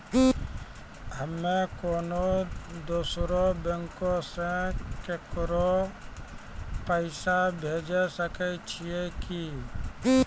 हम्मे कोनो दोसरो बैंको से केकरो पैसा भेजै सकै छियै कि?